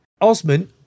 Osman